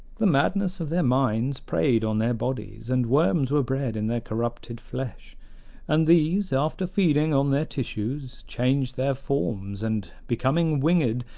the madness of their minds preyed on their bodies, and worms were bred in their corrupted flesh and these, after feeding on their tissues, changed their forms and becoming winged,